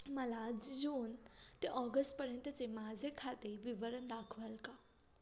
मला जून ते ऑगस्टपर्यंतचे माझे खाते विवरण दाखवाल का?